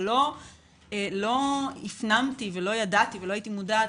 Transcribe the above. אבל לא הפנמתי ולא ידעתי ולא הייתי מודעת